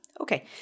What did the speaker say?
Okay